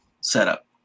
setup